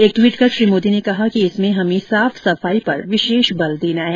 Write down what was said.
एक ट्वीट कर श्री मेादी ने कहा कि इसमें हमें साफ सफाई पर विशेष बल देना है